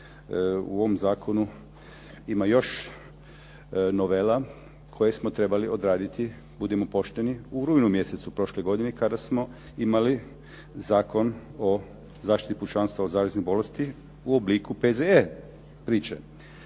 U ovom zakonu ima još novela koje smo trebali odraditi, budimo pošteni, u rujnu mjesecu prošle godine kada smo imali Zakon o zaštiti pučanstva od zaraznih bolesti u obliku P.Z.E. priče.